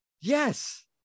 yes